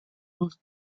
hausse